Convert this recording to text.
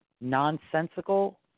nonsensical